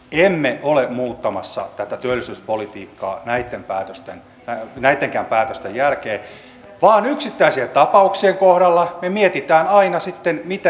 emme ole muuttamassa tätä työllisyyspolitiikkaa näittenkään päätösten jälkeen vaan yksittäisien tapauksien kohdalla me mietimme aina sitten miten me voimme auttaa